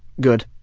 good.